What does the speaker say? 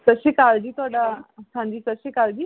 ਸਤਿ ਸ਼੍ਰੀ ਅਕਾਲ ਜੀ ਤੁਹਾਡਾ ਹਾਂਜੀ ਸਤਿ ਸ਼੍ਰੀ ਅਕਾਲ ਜੀ